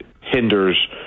hinders